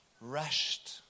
rushed